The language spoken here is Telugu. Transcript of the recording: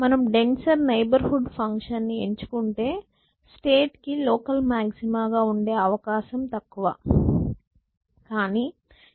మనం డెన్సర్ నైబర్ హుడ్ ఫంక్షన్ను ఎంచుకుంటే స్టేట్ కి లోకల్ మాగ్జిమా గా ఉండే అవకాశం తక్కువ